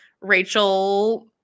rachel